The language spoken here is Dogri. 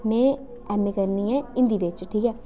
में ऐम्म ए करनी ऐ हिंदी बिच ठीक ऐ